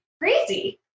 crazy